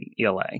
ELA